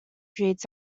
creates